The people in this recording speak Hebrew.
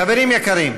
חברים יקרים,